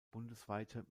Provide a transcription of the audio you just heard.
bundesweite